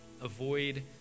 avoid